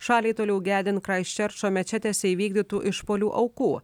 šaliai toliau gedint kraistčerčo mečetėse įvykdytų išpuolių aukų